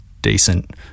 decent